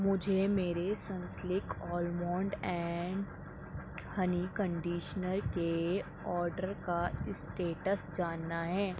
مجھے میرے Sunsilk almond and honey conditioner کے آرڈر کا اسٹیٹس جاننا ہے